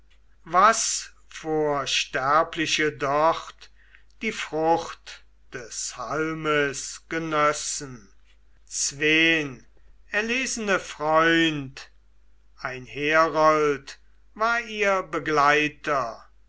was für sterbliche dort die frucht des halmes genössen zween erlesene freund ein herold war ihr begleiter